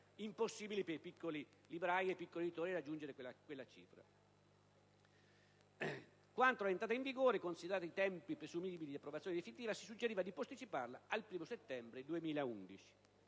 impossibile per i piccoli librai e i piccoli editori raggiungere quella cifra. Quanto all'entrata in vigore, considerati i tempi presumibili di approvazione definitiva, si suggeriva di posticiparla al 1° settembre 2011.